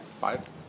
Five